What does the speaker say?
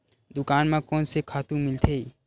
दुकान म कोन से खातु मिलथे?